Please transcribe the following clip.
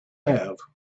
have